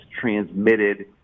transmitted